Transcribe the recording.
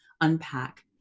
unpack